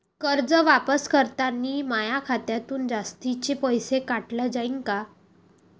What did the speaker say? कर्ज वापस करतांनी माया खात्यातून जास्तीचे पैसे काटल्या जाईन का?